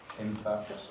Impact